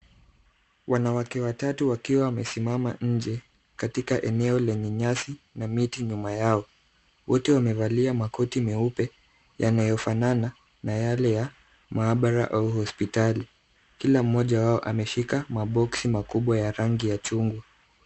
Wanawake watatu wakiwa wamesimama nje katika eneo lenye nyasi na miti nyuma yao. Wote wamevalia makoti meupe yanayofanana na yale ya maabara au hospitali. Kila mmoja wao ameshika maboksi makubwa ya rangi ya chungwa.